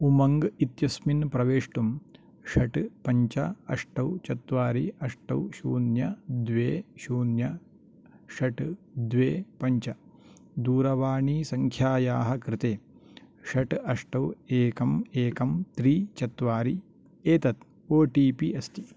उमङ्ग् इत्यस्मिन् प्रवेष्टुं षट् पञ्च अष्टौ चत्वारि अष्टौ शून्य द्वे शून्य षट् द्वे पञ्च दूरवाणीसङ्ख्यायाः कृते षट् अष्टौ एकम् एकं त्री चत्वारि एतत् ओ टी पि अस्ति